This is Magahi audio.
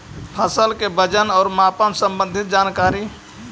फसल के वजन और मापन संबंधी जनकारी?